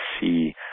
see